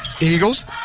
Eagles